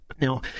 Now